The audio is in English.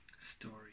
story